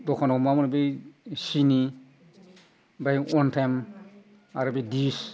दखानाव मा मोनो बै सिनि ओमफ्राय अवान टाइम आरो बे डिश